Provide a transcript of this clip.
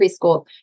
preschool